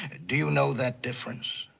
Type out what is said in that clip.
do you know that difference?